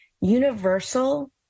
universal